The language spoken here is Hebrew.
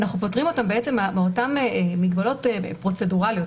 אנחנו פוטרים אותם מאותן מגבלות פרוצדורליות,